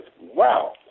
Wow